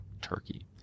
turkey